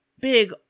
big